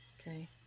Okay